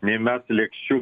nei mes lėkščių